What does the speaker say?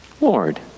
Lord